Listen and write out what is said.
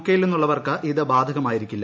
K യിൽ നിന്നുള്ളവർക്ക് ഇത് ബാധകമായിരിക്കില്ല